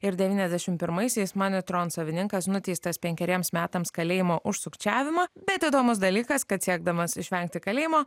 ir devyniasdešim pirmaisiais manitron savininkas nuteistas penkeriems metams kalėjimo už sukčiavimą bet įdomus dalykas kad siekdamas išvengti kalėjimo